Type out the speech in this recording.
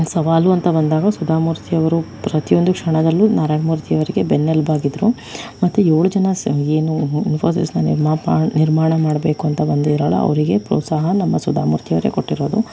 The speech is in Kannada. ಸವಾಲು ಅಂತ ಬಂದಾಗ ಸುಧಾಮೂರ್ತಿ ಅವರು ಪ್ರತಿಯೊಂದು ಕ್ಷಣದಲ್ಲೂ ನಾರಾಯಣಮೂರ್ತಿ ಅವರಿಗೆ ಬೆನ್ನೆಲುಬಾಗಿದ್ರು ಮತ್ತೆ ಏಳು ಜನ ಏನು ಇನ್ಫೋಸಿಸನ್ನು ನಿರ್ಮಾಪ ನಿರ್ಮಾಣ ಮಾಡಬೇಕು ಅಂತ ಬಂದಿದ್ರಲ್ಲ ಅವರಿಗೆ ಪ್ರೋತ್ಸಾಹ ನಮ್ಮ ಸುಧಾಮೂರ್ತಿಯವರೇ ಕೊಟ್ಟಿರೋದು